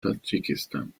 tadschikistan